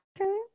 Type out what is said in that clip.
okay